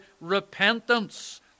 repentance